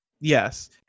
Yes